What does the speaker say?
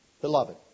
beloved